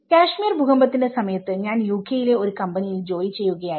കശ്മീർ ഭൂകമ്പത്തിന്റെ സമയത്ത് ഞാൻ UK യിലെ ഒരു കമ്പനിയിൽ ജോലി ചെയ്യുകയായിരുന്നു